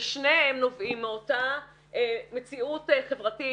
ושניהם נובעים מאותה מציאות חברתית,